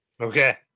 Okay